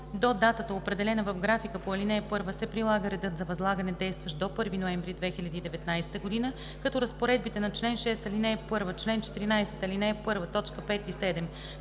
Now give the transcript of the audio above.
до датата, определена в графика по ал. 1, се прилага редът за възлагане, действащ до 1 ноември 2019 г., като разпоредбите на чл. 6, ал. 1, чл. 14, ал. 1, т. 5 и 7,